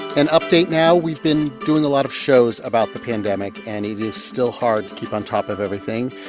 an update now we've been doing a lot of shows about the pandemic, and it is still hard to keep on top of everything.